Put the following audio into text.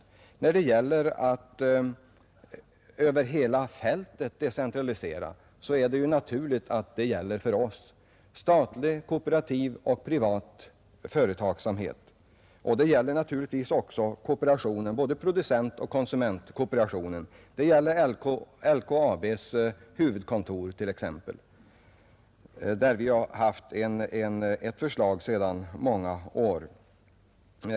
Beträffande decentraliseringen över hela fältet vill jag säga att det är naturligt att decentraliseringen omfattar statlig, kooperativ och privat företagsamhet; detta gäller naturligtvis också såväl producentkooperation som konsumentkooperation och t.ex. LKAB:s huvudkontor, som vi i många år har haft förslag om flyttning av.